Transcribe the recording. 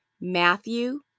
Matthew